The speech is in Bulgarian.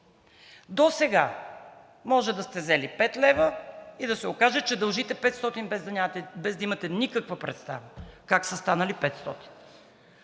Досега може да сте взели 5 лв. и да се окаже, че дължите 500, без да имате никаква представа как са станали 500,